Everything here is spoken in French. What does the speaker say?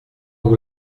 vous